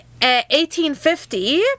1850